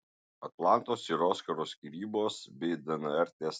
atlantos ir oskaro skyrybos bei dnr testai